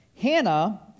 Hannah